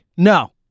No